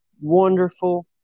wonderful